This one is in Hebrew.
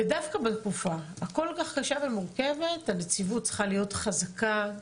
ודווקא בתקופה הכל כך קשה ומורכבת הנציבות צריכה להיות חזקה,